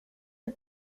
the